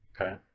Okay